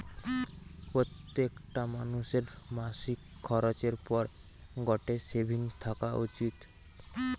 প্রত্যেকটা মানুষের মাসিক খরচের পর গটে সেভিংস থাকা উচিত